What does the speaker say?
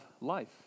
life